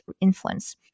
influence